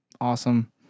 awesome